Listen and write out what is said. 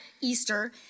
Easter